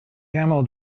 camel